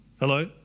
Hello